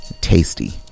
tasty